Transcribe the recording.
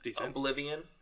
Oblivion